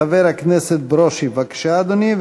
חבר הכנסת ברושי, בבקשה, אדוני.